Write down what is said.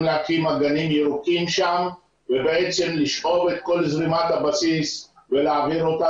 להקים אגנים ירוקים שם ובעצם לשאוב את כל זרימת הבסיס ולהעביר אותה